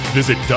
Visit